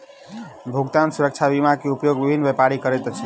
भुगतान सुरक्षा बीमा के उपयोग विभिन्न व्यापारी करैत अछि